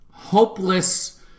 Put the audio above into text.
hopeless